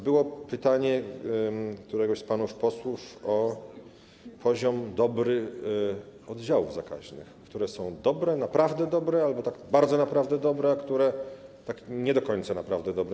Było pytanie któregoś z panów posłów o dobry poziom oddziałów zakaźnych, o to, które są dobre, naprawdę dobre albo tak bardzo naprawdę dobre, a które tak nie do końca naprawdę dobre.